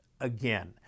Again